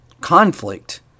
conflict